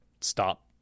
stop